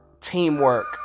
teamwork